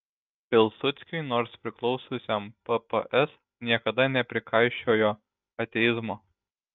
pilsudskiui nors priklausiusiam pps niekada neprikaišiojo ateizmo